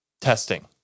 testing